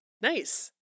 Nice